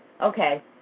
okay